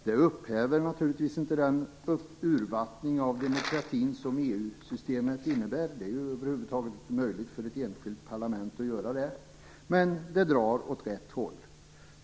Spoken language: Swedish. Det upphäver naturligtvis inte den urvattning av demokratin som EU-systemet innebär - det är ju över huvud taget inte möjligt för ett enskilt parlament att göra det - men det drar åt rätt håll.